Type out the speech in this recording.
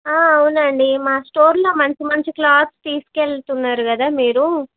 అవునండి మా స్టోర్లో మంచి మంచి క్లాత్స్ తీసుకెళ్తున్నారు కదా మీరు